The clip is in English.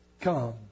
come